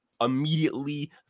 immediately